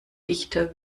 dichter